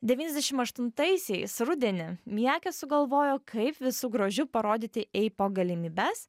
devyniasdešim aštuntaisiais rudenį miakė sugalvojo kaip visu grožiu parodyti eipok galimybes